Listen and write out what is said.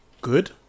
good